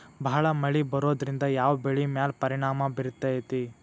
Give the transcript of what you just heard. ಭಾಳ ಮಳಿ ಬರೋದ್ರಿಂದ ಯಾವ್ ಬೆಳಿ ಮ್ಯಾಲ್ ಪರಿಣಾಮ ಬಿರತೇತಿ?